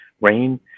rain